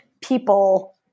people